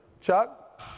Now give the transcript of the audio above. Chuck